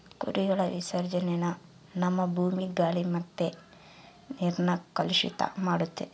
ಕುರಿಗಳ ವಿಸರ್ಜನೇನ ನಮ್ಮ ಭೂಮಿ, ಗಾಳಿ ಮತ್ತೆ ನೀರ್ನ ಕಲುಷಿತ ಮಾಡ್ತತೆ